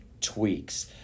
tweaks